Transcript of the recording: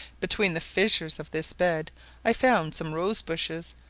between the fissures of this bed i found some rosebushes,